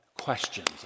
questions